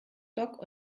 dock